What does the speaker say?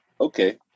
Okay